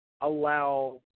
allow